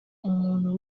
umuntu